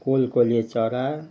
कोलकले चरा